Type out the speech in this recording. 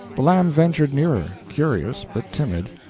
the lamb ventured nearer, curious but timid.